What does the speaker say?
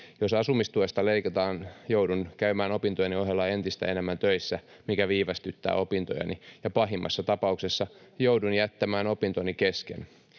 Jos asumistuesta leikataan, joudun käymään opintojeni ohella entistä enemmän töissä, mikä viivästyttää opintojani, ja pahimmassa tapauksessa joudun jättämään opintoni kesken.